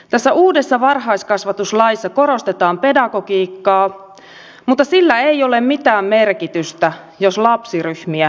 tässä uudessa varhaiskasvatuslaissa korostetaan pedagogiikkaa mutta sillä ei ole mitään merkitystä jos lapsiryhmiä suurennetaan